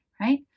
right